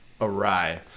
awry